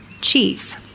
cheese